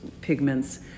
pigments